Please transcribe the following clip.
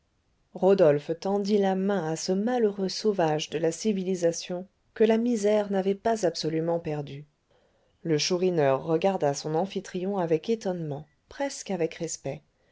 rodolphe tendit la main à ce malheureux sauvage de la civilisation que la misère n'avait pas absolument perdu le chourineur regarda son amphitryon avec étonnement presque avec respect